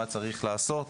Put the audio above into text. מה צריך לעשות.